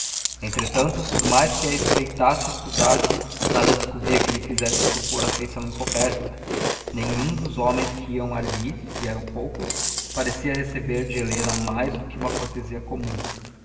entretanto por mais que a espreitasse e estudasse nada descobria que lhe fizesse supor afeição encoberta nenhum dos homens que iam ali e eram poucos parecia receber de helena mais do que a cortesia comum